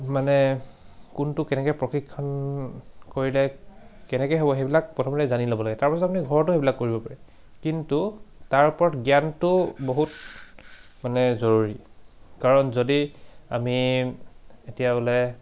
মানে কোনটো কেনেকৈ প্ৰশিক্ষণ কৰিলে কেনেকৈ হ'ব সেইবিলাক প্ৰথমতে জানি ল'ব লাগে তাৰপাছত আপুনি ঘৰতো সেইবিলাক কৰিব পাৰে কিন্তু তাৰ ওপৰত জ্ঞানটো বহুত মানে জৰুৰী কাৰণ যদি আমি এতিয়া বোলে